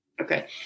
Okay